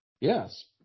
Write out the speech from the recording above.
Yes